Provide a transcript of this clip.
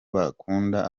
bakunda